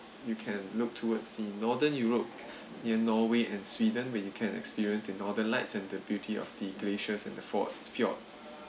you can look towards the northern europe in norway and sweden where you can experience in northern lights and the beauty of the glaciers in the fall of fjord